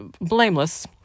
blameless